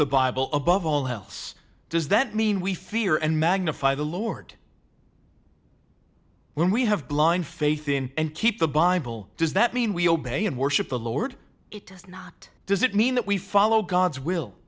the bible above all else does that mean we fear and magnify the lord when we have blind faith in and keep the bible does that mean we obey and worship the lord it does not does it mean that we follow god's